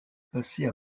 passées